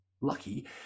lucky